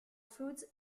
fuze